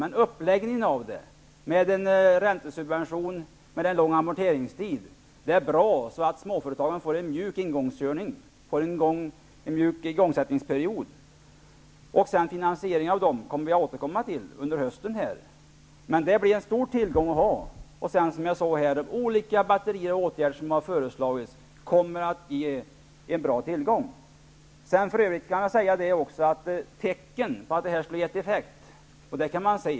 Men uppläggningen av det med räntesubvention och en lång amorteringstid är bra. Småföretagen får en mjuk igångssättnings och inkörningsperiod. När det gäller finansieringen återkommer vi till hösten. Som sagt: de olika batterier av åtgärder som har föreslagits kommer att innebära en stor tillgång. För övrigt kan jag säga att man redan kan se tecken på att de skulle ha gett effekt.